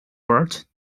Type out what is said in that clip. brute